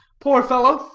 poor fellow.